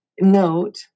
note